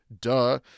duh